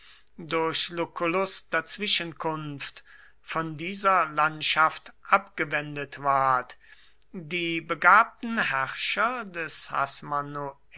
durch lucullus dazwischenkunft von dieser landschaft abgewendet ward die begabten herrscher des